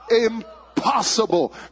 impossible